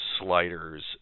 sliders